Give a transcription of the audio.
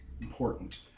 important